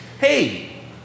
hey